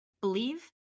Believe